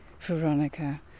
veronica